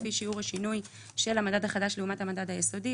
לפי שיעור השינוי של המדד החדש לעומת המדד היסודי.